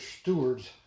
stewards